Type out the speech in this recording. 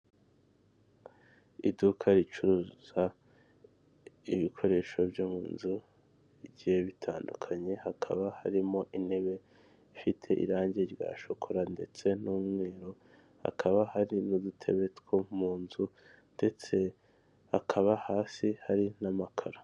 Iduka ricuruza ibikoresho byo mu nzu bigiye bitandukanye, hakaba harimo intebe ifite irangi rya shokora ndetse n'umweru, hakaba hari n'udutebe two mu nzu, ndetse hakaba hasi hari n'amakaro.